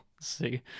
See